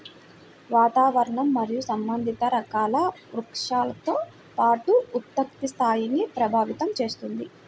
వాతావరణం మరియు సంబంధిత రకాల వృక్షాలతో పాటు ఉత్పత్తి స్థాయిని ప్రభావితం చేస్తుంది